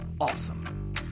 awesome